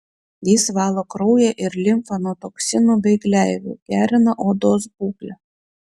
jis valo kraują ir limfą nuo toksinų bei gleivių gerina odos būklę